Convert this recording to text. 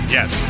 Yes